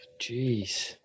Jeez